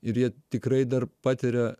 ir jie tikrai dar patiria